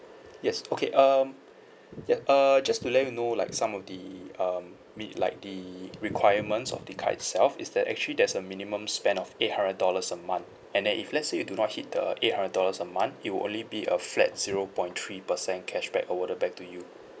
yes okay um ya err just to let you know like some of the um we like the requirements of the card itself is that actually there's a minimum spend of eight hundred dollars a month and then if let's say you do not hit the eight hundred dollars a month it will only be a flat zero point three percent cashback awarded back to you